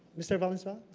mr. valenzuela.